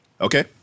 Okay